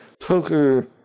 poker